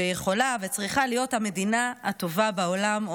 שיכולה וצריכה להיות המדינה הטובה בעולם,